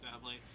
family